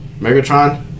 Megatron